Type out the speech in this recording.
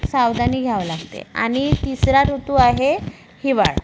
सावधानी घ्यावं लागते आणि तिसरा ऋतू आहे हिवाळा